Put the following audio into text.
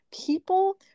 people